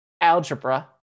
algebra